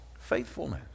faithfulness